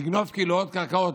לגנוב כאילו עוד קרקעות,